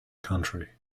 country